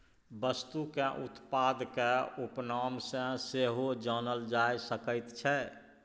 वस्तुकेँ उत्पादक उपनाम सँ सेहो जानल जा सकैत छै